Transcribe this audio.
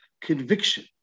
conviction